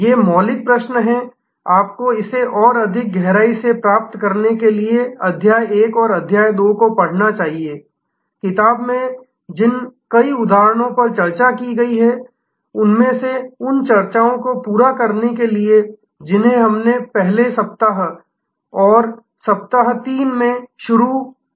ये मौलिक प्रश्न आपको इसे और अधिक गहराई से प्राप्त करने के लिए अध्याय 1 और अध्याय 2 को पढ़ना चाहिए किताब में जिन कई उदाहरणों पर चर्चा की गई है उनमें से उन चर्चाओं को पूरा करने के लिए जिन्हें हमने पहले सप्ताह 1 और सप्ताह 3 में शुरू किया है